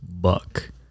Buck